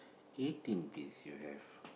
eighteen bees you have